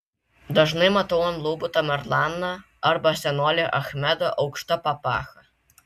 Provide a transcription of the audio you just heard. dažnai matau ant lubų tamerlaną arba senolį achmedą aukšta papacha